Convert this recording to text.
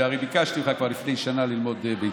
וביקשתי ממך כבר לפני שנה ללמוד ביצה,